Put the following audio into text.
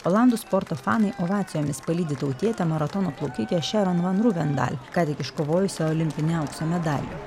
olandų sporto fanai ovacijomis palydi tautietę maratono plaukikę šeron van ruvendal ką tik iškovojusią olimpinį aukso medalį